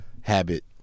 habit